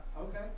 okay